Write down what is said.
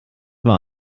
war